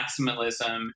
maximalism